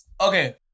Okay